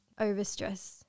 overstress